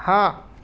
ہاں